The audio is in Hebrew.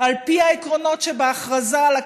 על פי העקרונות שבהכרזה על הקמתה,